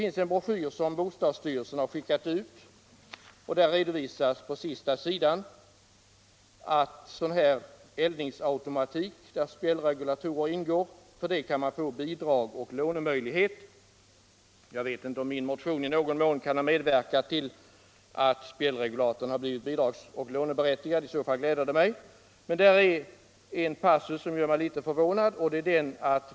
I en broschyr som bostadsstyrelsen har skickat ut redovisas på sista sidan att man för en sådan här eldningsautomatik, där spjällregulator ingår, kan få bidrag och lån. Jag vet inte om min motion i någon mån kan ha bidragit till att spjällregulatorn har blivit bidragsoch låneberättigad. I så fall gläder det mig. I broschyren finns en passus, som gör mig litet förvånad.